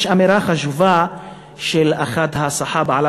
יש אמירה חשובה של אחד האלצחאבה,